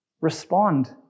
Respond